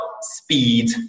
speed